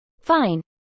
Fine